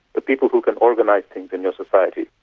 the people who can organise things in your society,